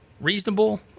reasonable